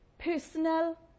personal